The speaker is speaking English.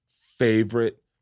favorite